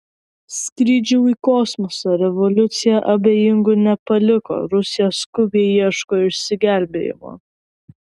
skrydžių į kosmosą revoliucija abejingų nepaliko rusija skubiai ieško išsigelbėjimo